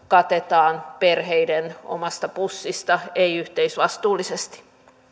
katetaan perheiden omasta pussista ei yhteisvastuullisesti